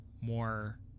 more